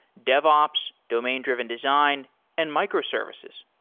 dev ops, domain-driven design and microservices.